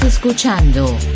Escuchando